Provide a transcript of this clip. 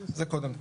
זה קודם כל.